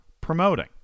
promoting